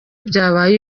byabaye